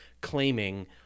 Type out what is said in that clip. claiming